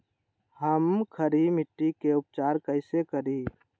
हम खड़ी मिट्टी के उपचार कईसे करी?